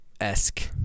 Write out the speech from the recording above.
esque